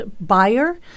buyer